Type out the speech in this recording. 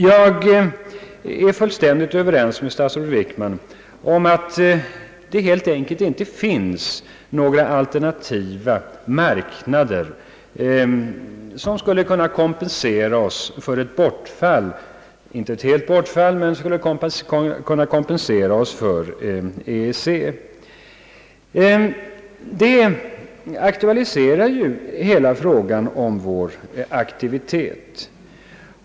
Jag är fullständigt överens med statsrådet Wickman om att det helt enkelt inte finns några alternativa marknader som skulle kunna kompensera oss för EEC, Det aktualiserar hela frågan om vår aktivitet.